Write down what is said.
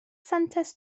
santes